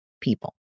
people